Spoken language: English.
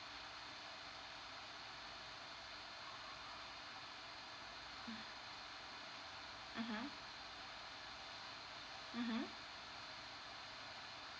mmhmm mmhmm